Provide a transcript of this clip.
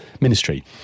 Ministry